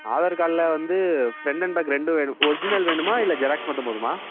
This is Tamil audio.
ஆதார் கார்ட்ல வந்து ஃப்ரெண்ட் அண்ட் பேக் ரெண்டும் வேணும் ஒர்ஜினல் வேணுமா இல்லை ஜெராக்ஸ் மட்டும் போதுமா